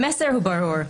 המסר הוא ברור,